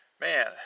man